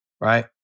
Right